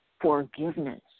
forgiveness